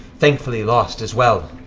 thankfully, lost as well.